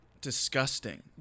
disgusting